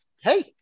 hey